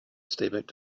statement